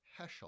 Heschel